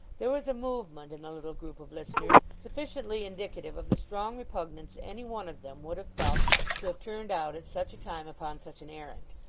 there was a movement in the little group of listeners, sufficiently indicative of the strong repugnance any one of them would have felt to have turned out at such a time upon such an errand.